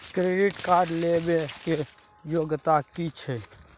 Credit card लेबै के योग्यता कि छै?